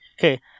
Okay